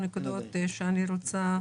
מספר שאלות: